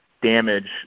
damage